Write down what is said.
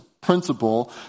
principle